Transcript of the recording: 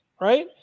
right